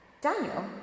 Daniel